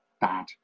bad